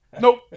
Nope